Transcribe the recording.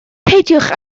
peidiwch